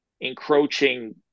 encroaching